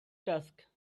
task